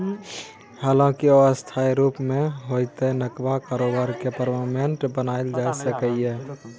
हालांकि अस्थायी रुप मे होइतो नबका कारोबार केँ परमानेंट बनाएल जा सकैए